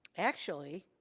actually,